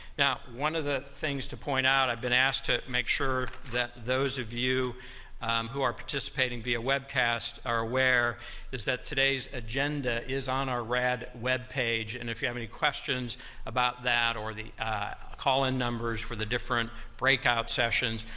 now, one of the things to point out, i've been asked to make sure that those of you who are participating via webcast are aware that today's agenda is on our rad web page, and if you have any questions about that or the call-in numbers for the different break-out sessions,